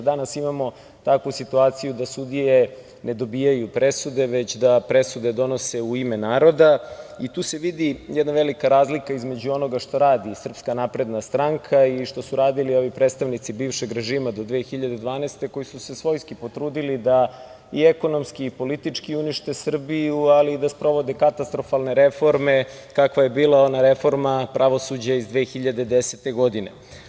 Danas imamo takvu situaciju da sudije ne dobijaju presude, već da presude donose u ime naroda i tu se vidi velika razlika između onoga šta radi SNS i što su radili ovi predstavnici bivšeg režima do 2012. godine, koji su svojski potrudili da i ekonomski i politički unište Srbiju, ali i da sprovode katastrofalne reforme kakva je bila ona reforma pravosuđa iz 2010. godine.